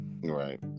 Right